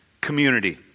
community